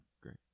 great